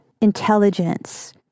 intelligence